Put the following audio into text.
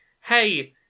hey